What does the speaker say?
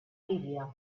bíblia